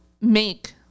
make